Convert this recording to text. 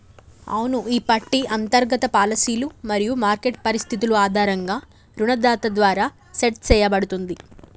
అవును ఈ పట్టి అంతర్గత పాలసీలు మరియు మార్కెట్ పరిస్థితులు ఆధారంగా రుణదాత ద్వారా సెట్ సేయబడుతుంది